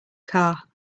car